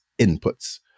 inputs